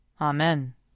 Amen